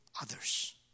others